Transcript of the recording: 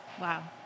Wow